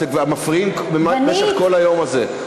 אתם מפריעים במשך כל היום הזה.